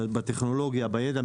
בטכנולוגיה, בידע.